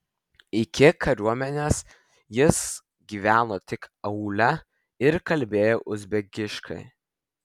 iki kariuomenės jis gyveno tik aūle ir kalbėjo uzbekiškai